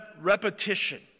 repetition